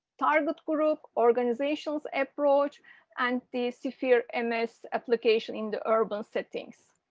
target group organization's approach and the sphere in this application in the urban settings.